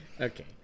Okay